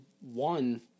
one